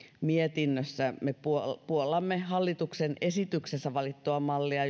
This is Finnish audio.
mietinnössä me puollamme puollamme hallituksen esityksessä valittua mallia